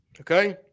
Okay